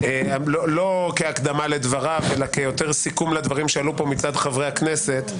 לא כהקדמה לדבריו אלא יותר כסיכום לדברים שעלו פה מצד חברי הכנסת,